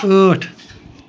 ٲٹھ